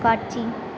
காட்சி